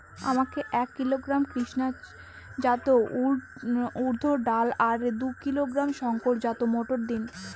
আমাকে এক কিলোগ্রাম কৃষ্ণা জাত উর্দ ডাল আর দু কিলোগ্রাম শঙ্কর জাত মোটর দিন?